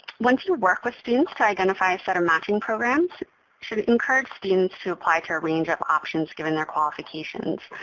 once you work with students to identify a set of matching programs, you should encourage students to apply to a range of options given their qualifications.